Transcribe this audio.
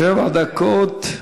שבע דקות,